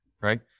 Right